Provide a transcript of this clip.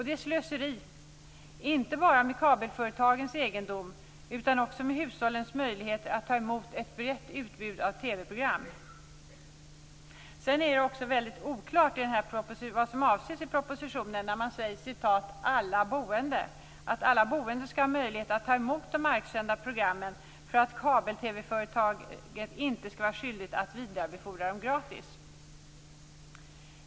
Det är slöseri, inte bara med kabelföretagens egendom utan också med hushållens möjligheter att ta emot ett brett utbud av TV-program. Det är oklart vad man i propositionen avser med "alla boende" när man säger att alla boende skall ha möjlighet att ta emot de marksända programmen för att kabel-TV-företaget inte skall vara skyldigt att vidarebefordra dem gratis.